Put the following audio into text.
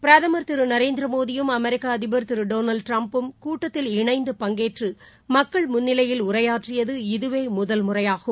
பிரதமர் திருநரேந்திரமோடியும் அமெரிக்கஅதிபர் திருடொனால்டுடிரம்பும் கூட்டத்தில் இணைந்து பங்கேற்றுமக்கள் முன்னிலையில் உரையாற்றியது இதுவேமுதல் முறையாகும்